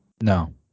No